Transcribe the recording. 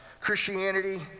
Christianity